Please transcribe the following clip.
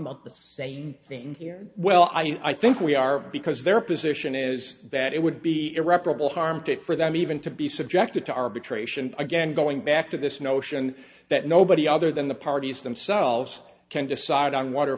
about the same thing here well i mean i think we are because their position is that it would be irreparable harm to for them even to be subjected to arbitration again going back to this notion that nobody other than the parties themselves can decide on water